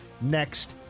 next